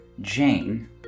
jane